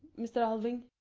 mr. alving.